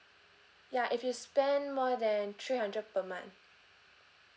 ya if you spend more than three hundred per month